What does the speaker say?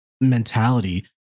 mentality